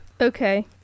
Okay